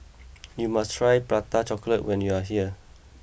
you must try Prata Chocolate when you are here